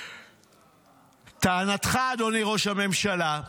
לטענתך, אדוני ראש הממשלה,